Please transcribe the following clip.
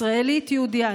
ישראלית יהודייה,